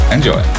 Enjoy